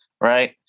Right